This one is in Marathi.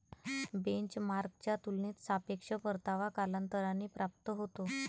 बेंचमार्कच्या तुलनेत सापेक्ष परतावा कालांतराने प्राप्त होतो